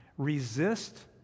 Resist